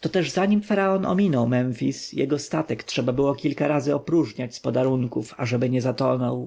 to też zanim faraon ominął memfis jego statek trzeba było kilka razy opróżniać z podarunków ażeby nie zatonął